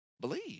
believe